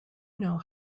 know